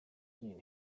mean